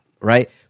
right